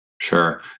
Sure